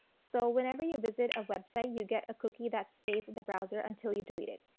so, whenever you visit a website you get a cookie that stays in the browser until you delete it.